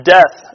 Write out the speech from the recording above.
Death